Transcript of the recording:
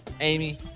Amy